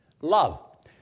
Love